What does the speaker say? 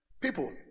people